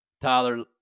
Tyler